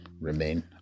Remain